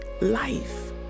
life